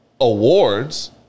awards